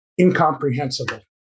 incomprehensible